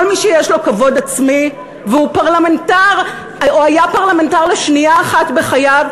כל מי שיש לו כבוד עצמי והוא פרלמנטר או היה פרלמנטר לשנייה אחת בחייו,